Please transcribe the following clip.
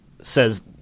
says